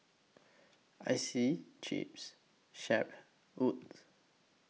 Icey Chips Shep Wood